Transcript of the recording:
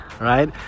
right